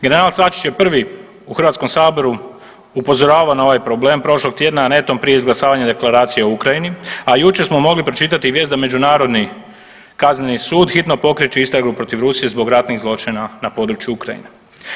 General Svačić je prvi u Hrvatskom saboru upozoravao na ovaj problem prošlog tjedna, a netom prije izglasavanja Deklaracije o Ukrajini a jučer smo mogli pročitati i vijest da Međunarodni kazneni sud hitno pokreće istragu protiv Rusije zbog ratnih zloćina na području Ukrajine.